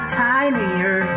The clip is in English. tinier